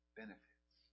benefits